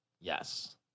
Yes